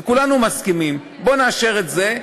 וכולנו מסכמים, בוא נאשר את זה,